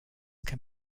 can